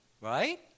right